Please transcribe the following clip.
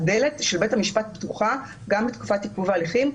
הדלת של בית המשפט פתוחה גם בתקופת עיכוב ההליכים,